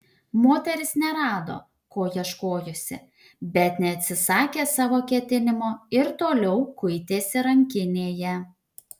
moteris nerado ko ieškojusi bet neatsisakė savo ketinimo ir toliau kuitėsi rankinėje